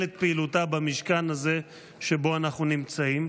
את פעילותה במשכן הזה שבו אנו נמצאים,